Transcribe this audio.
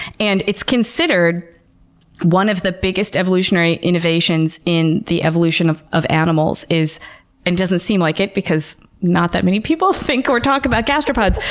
and it's considered one of the biggest evolutionary innovations in the evolution of of animals. it and doesn't seem like it because not that many people think or talk about gastropods,